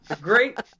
Great